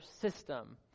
system